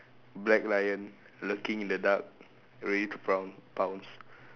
black lion lurking in the dark ready to proun~ pounce